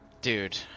Dude